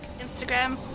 Instagram